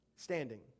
standing